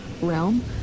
realm